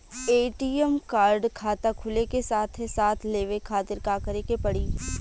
ATM card खाता खुले के साथे साथ लेवे खातिर का करे के पड़ी?